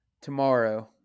tomorrow